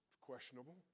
questionable